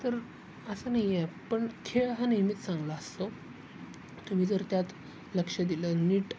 तर असं नाही आहे पण खेळ हा नेहमीच चांगला असतो तुम्ही जर त्यात लक्ष दिलं नीट